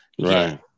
Right